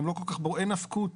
אין נפקות